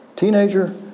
Teenager